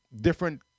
different